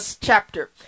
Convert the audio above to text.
chapter